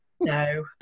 no